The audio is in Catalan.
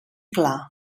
clar